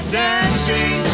dancing